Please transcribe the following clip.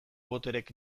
botereek